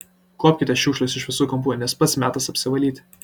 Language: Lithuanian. kuopkite šiukšles iš visų kampų nes pats metas apsivalyti